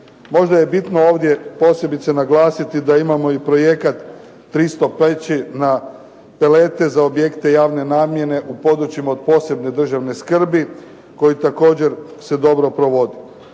Možda je bitno ovdje posebice naglasiti da imamo i projekat … /Govornik se ne razumije./… za objekte javne namjene u područjima od posebne državne skrbi koji također se dobro provodi.